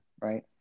right